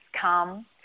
come